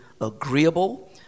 agreeable